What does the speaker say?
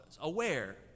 aware